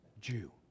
Jew